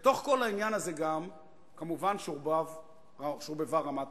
בתוך כל העניין הזה גם שורבבה כמובן רמת-הגולן,